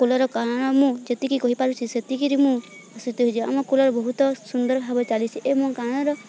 cooler କାଣା ମୁଁ ଯେତିକି କହିପାରୁଛି ସେତିକିରି ମୁଁ ଶୀତ ହେଇଯିବା ଆମ କୁଲର ବହୁତ ସୁନ୍ଦର ଭାବେ ଚାଲିଛି ଏବଂ କାଣର